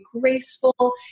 graceful